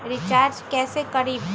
Recharge कैसे करीब?